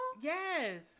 Yes